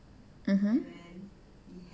hmm